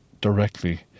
directly